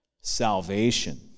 salvation